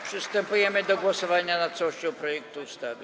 Przystępujemy do głosowania nad całością projektu ustawy.